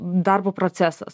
darbo procesas